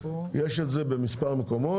יש את זה במספר מקומות.